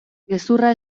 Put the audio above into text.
gezurra